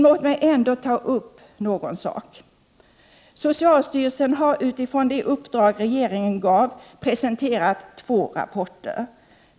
Låt mig ändå ta upp följande. Socialstyrelsen har, utifrån det uppdrag regeringen gav, presenterat två rapporter.